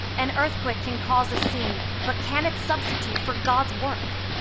an earthquake can cause a scene, but can it substitute for god's work?